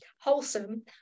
wholesome